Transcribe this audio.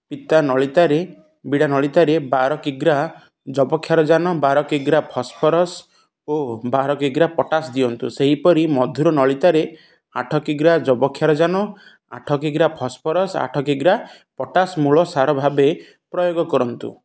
ପିତା ନଳିତାରେ ବିଡ଼ା ନଳିତାରେ ବାର କିଗ୍ରା ଯବକ୍ଷାରଜାନ ବାର କିଗ୍ରା ଫସ୍ଫରସ୍ ଓ ବାର କିଗ୍ରା ପଟାସ୍ ଦିଅନ୍ତୁ ସେହିପରି ମଧୁର ନଳିତାରେ ଆଠ କିଗ୍ରା ଯବକ୍ଷାରଜାନ ଆଠ କିଗ୍ରା ଫସ୍ଫରସ୍ ଆଠ କିଗ୍ରା ପଟାଶ୍ ମୂଳ ସାର ଭାବେ ପ୍ରୟୋଗ କରନ୍ତୁ